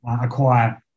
acquire